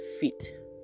fit